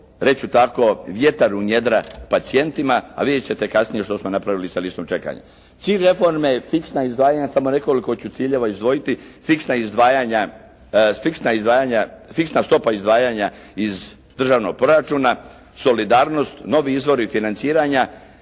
ću tako, vjetar u njedra pacijentima, a vidjet ćete kasnije što smo napravili sa listom čekanja. Cilj reforme je fiksna izdvajanja. Samo nekoliko ću ciljeva izdvojiti, fiksna izdvajanja, fiksna stopa izdvajanja iz državnog proraučna, solidarnost, novi izvori financiranja